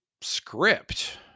script